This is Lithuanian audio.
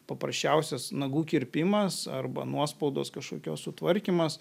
paprasčiausias nagų kirpimas arba nuospaudos kažkokios sutvarkymas